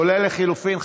כולל לחלופין.